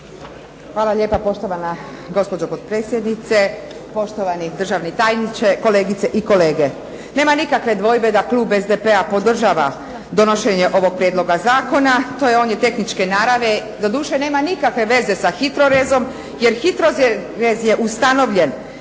Hvala lijepa. Poštovana gospođo potpredsjednice, poštovani državni tajniče, kolegice i kolege. Nema nikakve dvojbe da klub SDP-a podržava donošenje ovog prijedloga zakona, on je tehničke naravi. Doduše nema nikakve veze sa HITROREZ-om jer HITROREZ je ustanovljen